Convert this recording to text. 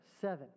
Seven